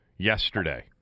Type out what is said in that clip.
yesterday